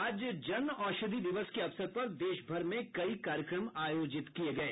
आज जनऔषधि दिवस के अवसर पर देशभर में कई कार्यक्रम आयोजित किये गये